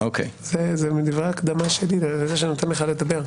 אלה דברי הקדמה שלי לזה שאני נותן לך לדבר.